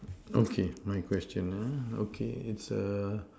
okay my question uh okay it's a